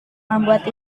membuat